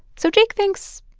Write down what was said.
so jake thinks,